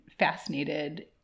fascinated